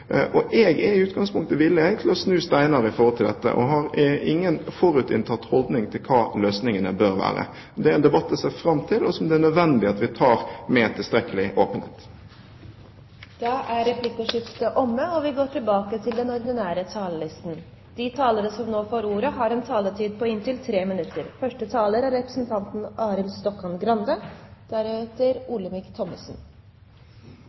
år. Jeg er i utgangspunktet villig til å snu steiner her og har ingen forutinntatt holdning til hva løsningene bør være. Det er en debatt jeg ser fram til, som det er nødvendig at vi tar med tilstrekkelig åpenhet. Replikkordskiftet er omme. De talere som heretter får ordet, har en taletid på inntil 3 minutter. Jeg vil tro at også medlemmer i Kristelig Folkeparti mener at det er